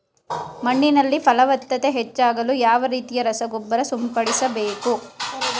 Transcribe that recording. ಮಣ್ಣಿನಲ್ಲಿ ಫಲವತ್ತತೆ ಹೆಚ್ಚಾಗಲು ಯಾವ ರೀತಿಯ ರಸಗೊಬ್ಬರ ಸಿಂಪಡಿಸಬೇಕು?